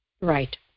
Right